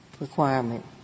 requirement